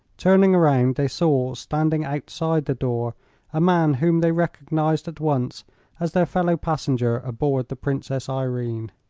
turning around they saw standing outside the door a man whom they recognized at once as their fellow passenger aboard the princess irene.